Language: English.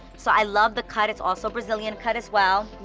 so i love the cut. it's also brazilian cut as well,